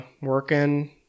working